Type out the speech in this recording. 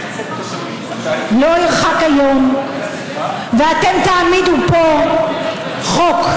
לא ירחק היום ואתם תעמידו פה חוק,